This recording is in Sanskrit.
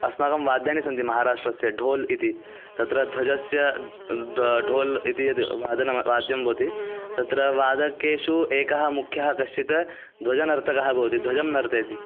अस्माकं वाद्यानि सन्ति महाराष्ट्रस्य ढोल् इति तत्र ध्वजस्य द् ढोल् इति यद् वादनं वाद्यं भवति तत्र वादकेषु एकः मुख्यः कश्चित् ध्वजनर्तकः भवति ध्वजं नर्तयति